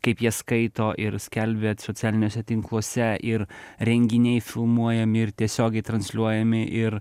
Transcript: kaip jie skaito ir skelbia socialiniuose tinkluose ir renginiai filmuojami ir tiesiogiai transliuojami ir